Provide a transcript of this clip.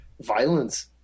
violence